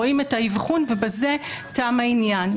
רואים את האבחון, ובזה תם העניין.